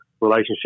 Relationship